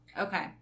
okay